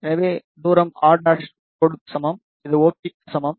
எனவே இந்த தூரம் r' கோடுக்கு சமம் இது OP க்கு சமம்